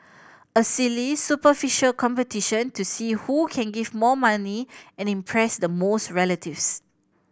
a silly superficial competition to see who can give more money and impress the most relatives